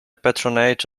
patronage